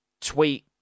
tweet